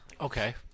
Okay